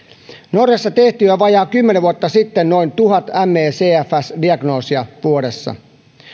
norjassa tehtiin jo vajaa kymmenen vuotta sitten noin tuhat me cfs diagnoosia vuodessa